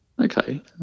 Okay